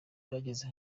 bageze